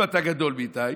אם אתה גדול מדי,